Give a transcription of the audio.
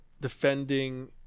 defending